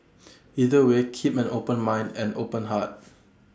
either way keep an open mind and open heart